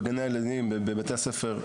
בגני הילדים ובבתי הספר,